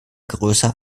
größer